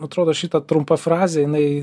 atrodo šita trumpa frazė jinai